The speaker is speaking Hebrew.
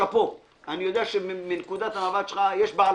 שאפו אני יודע שמנקודת המבט שלך יש בעל